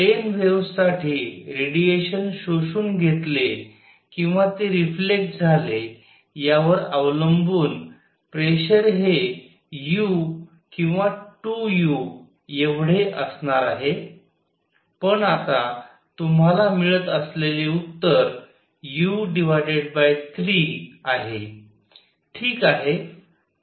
plain waves साठी radiation शोषून घेतले किंवा ते रिफ्लेक्ट झाले यावर अवलंबून प्रेशर हे u किंवा 2u एवढे असणार आहे पण आता तुम्हाला मिळत असलेले उत्तर u3 आहे ठीक आहे